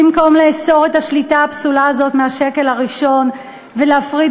במקום לאסור את השליטה הפסולה הזאת מהשקל הראשון ולהפריד